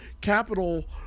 Capital